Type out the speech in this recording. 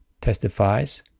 testifies